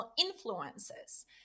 influences